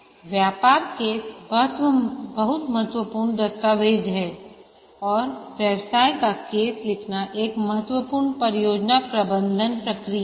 व्यापार केस बहुत महत्वपूर्ण दस्तावेज है और व्यवसाय का केस लिखना एक महत्वपूर्ण परियोजना प्रबंधन प्रक्रिया है